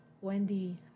Wendy